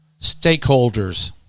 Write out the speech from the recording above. Stakeholders